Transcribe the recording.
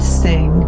sing